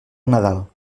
nadal